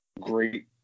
great